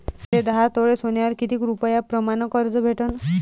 मले दहा तोळे सोन्यावर कितीक रुपया प्रमाण कर्ज भेटन?